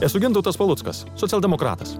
esu gintautas paluckas socialdemokratas